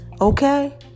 Okay